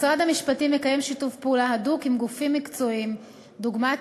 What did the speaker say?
משרד המשפטים מקיים שיתוף פעולה הדוק עם גופים מקצועיים דוגמת